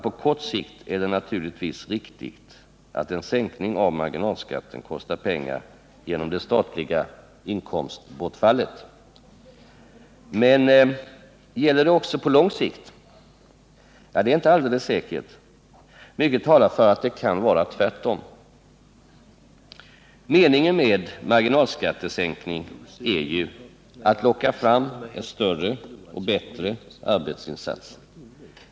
På kort sikt är det naturligtvis riktigt att en sänkning av marginalskatten kostar pengar genom det statliga inkomstbortfallet. Men gäller det också på lång sikt? Det är inte alldeles säkert. Mycket talar för att det kan vara tvärtom. Meningen med marginalskattesänkningen är ju att locka fram en större och bättre arbetsinsats.